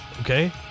Okay